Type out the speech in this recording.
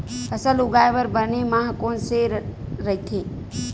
फसल उगाये बर बने माह कोन से राइथे?